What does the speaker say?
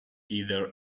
either